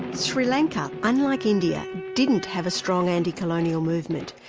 sri lanka, unlike india, didn't have a strong anti-colonial movement,